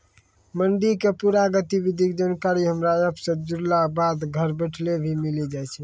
मंडी के पूरा गतिविधि के जानकारी हमरा एप सॅ जुड़ला बाद घर बैठले भी मिलि जाय छै